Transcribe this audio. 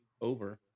over